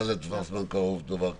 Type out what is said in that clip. מה זה טווח זמן קרוב דבר כזה?